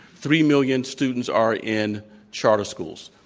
three million students are in charter schools.